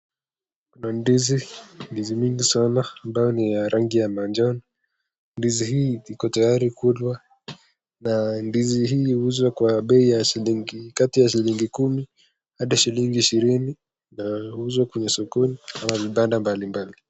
Kuna ndizi, ndizi mingi sana ambayo ni ya rangi ya manjano. Ndizi hii iko tayari kulwa na ndizi hii huuza kwa bei kati ya shilingi kumi hadi shilingi ishirini, na huuzwa kwenye sokoni au vibanda mbalimbali.